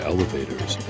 Elevators